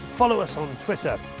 follow us on twitter.